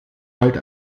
halt